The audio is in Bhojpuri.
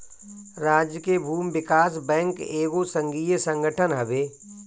राज्य के भूमि विकास बैंक एगो संघीय संगठन हवे